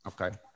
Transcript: Okay